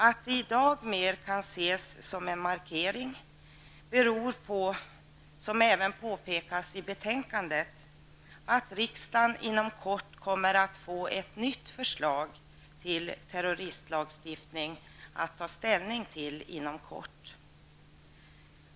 Att den i dag mer kan ses som en markering beror på, som även påpekas i betänkandet, att riksdagen inom kort kommer att få ett nytt förslag till terroristlagstiftning att ta ställning till.